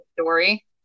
story